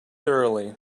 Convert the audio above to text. thoroughly